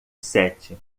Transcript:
sete